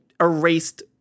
erased